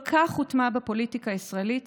כל כך הוטמע בפוליטיקה הישראלית